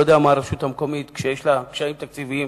וכשיש לה קשיים תקציביים,